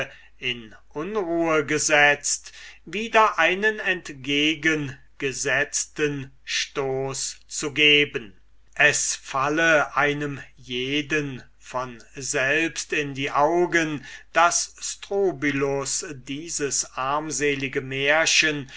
in unruhe gesetzt wieder einen entgegengesetzten stoß zu geben es falle einem jeden von selbst in die augen daß strobylus dieses armselige märchen